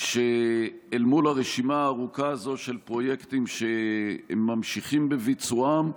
שאל מול הרשימה הארוכה הזו של פרויקטים שממשיכים בביצועם,